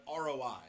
ROI